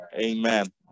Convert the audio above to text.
Amen